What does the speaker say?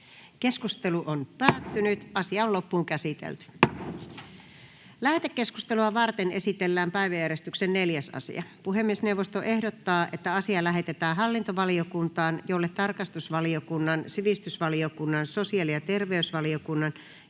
kesken. — Tässä, arvoisa puhemies. Lähetekeskustelua varten esitellään päiväjärjestyksen 4. asia. Puhemiesneuvosto ehdottaa, että asia lähetetään hallintovaliokuntaan, jolle tarkastusvaliokunnan, sivistysvaliokunnan, sosiaali- ja terveysvaliokunnan